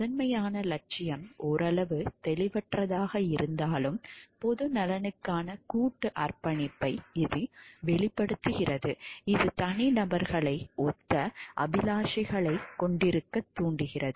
இந்த முதன்மையான இலட்சியம் ஓரளவு தெளிவற்றதாக இருந்தாலும் பொது நலனுக்கான கூட்டு அர்ப்பணிப்பை இது வெளிப்படுத்துகிறது இது தனிநபர்களை ஒத்த அபிலாஷைகளைக் கொண்டிருக்க தூண்டுகிறது